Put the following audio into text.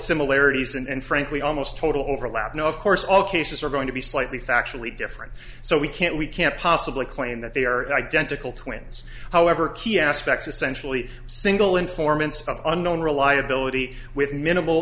similarities and frankly almost total overlap no of course all cases are going to be slightly factually different so we can't we can't possibly claim that they are identical twins however key aspects essentially single informants of unknown reliability with minimal